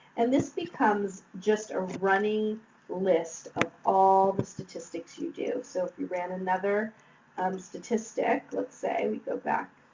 and, this becomes just a running list of all the statistics you do. so, if you ran another um statistic, let's say we go back